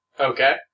Okay